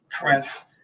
press